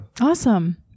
awesome